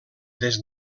des